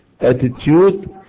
attitude